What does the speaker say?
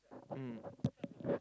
mm